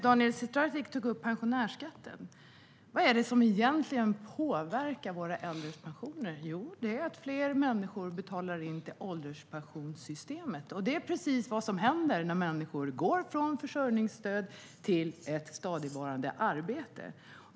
Daniel Sestrajcic tog upp pensionärsskatten. Vad är det som egentligen påverkar våra äldres pensioner? Jo, det är att fler människor betalar in till ålderspensionssystemet. Detta är precis vad som händer när människor går från försörjningsstöd till ett stadigvarande arbete.